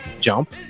jump